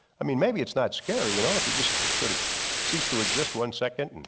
i mean maybe it's not scary. you know if you just sort of ceased to exist one second, and